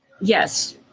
Yes